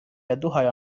yaduhaye